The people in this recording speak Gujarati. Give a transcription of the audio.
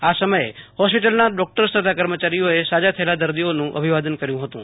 આ સમયે હોસ્પિટલના ડોકટર્સ તથા કર્મચારીઓએ સાજા થયેલા દર્દીઓનું અભિવાદન કર્યુ હતું